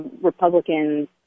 Republicans